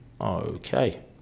Okay